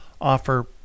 offer